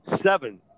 Seven